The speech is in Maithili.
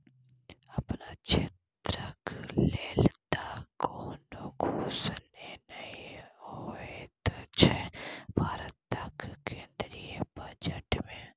अपन क्षेत्रक लेल तँ कोनो घोषणे नहि होएत छै भारतक केंद्रीय बजट मे